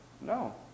no